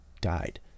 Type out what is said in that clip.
died